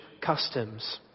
customs